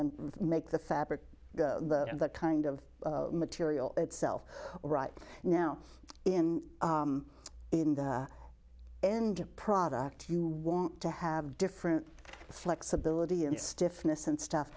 then make the fabric the kind of material itself right now in the end product you want to have different flexibility and stiffness and stuff